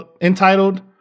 entitled